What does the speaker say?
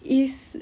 is